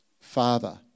Father